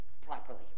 properly